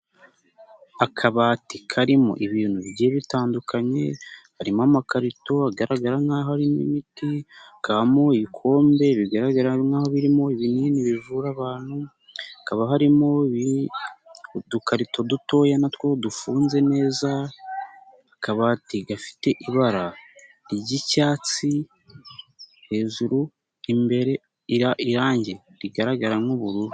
Akabati karimo ibintu bigiye bitandukanye, harimo amakarito agaragara nk'aho harimo imiti, hakamo ibikombe bigaragara nk'aho ibinini bivura abantu, hakaba harimo udukarito dutoya natwo dufunze neza, akabati gafite ibara ry'icyatsi hejuru imbere irangi rigaragara nk'ubururu.